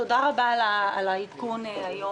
קודם כול, תודה רבה על העדכון היום,